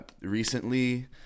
recently